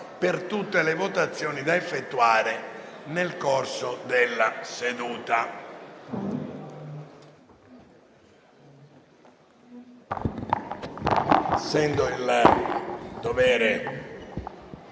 per tutte le votazioni da effettuare nel corso della seduta.